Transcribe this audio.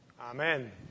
Amen